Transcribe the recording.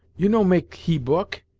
you no make he book,